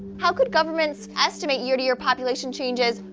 how could governments estimate year to year population changes,